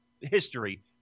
history